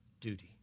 duty